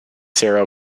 cerro